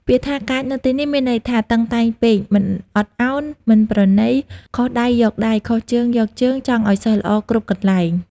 ពាក្យថា កាច នៅទីនេះ មានន័យថា តឹងតែងពេក មិនអត់ឱន មិនប្រណី ខុសដៃយកដៃ ខុសជើងយកជើង ចង់ឲ្យសិស្សល្អគ្រប់កន្លែង។